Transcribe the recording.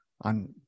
on